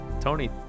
tony